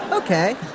Okay